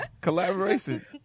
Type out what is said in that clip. Collaboration